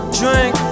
drink